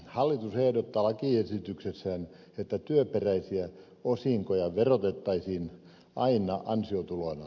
hallitus ehdottaa lakiesityksessään että työperäisiä osinkoja verotettaisiin aina ansiotuloina